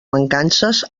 mancances